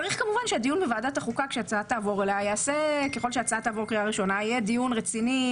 חוקי היסוד צריכים בוודאי להיות מחוקקים באופן שמאפשר דיון רציני,